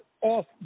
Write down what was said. off